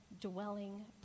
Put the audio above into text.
dwelling